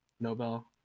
Nobel